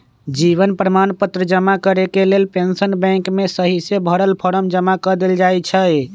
जीवन प्रमाण पत्र जमा करेके लेल पेंशन बैंक में सहिसे भरल फॉर्म जमा कऽ देल जाइ छइ